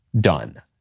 done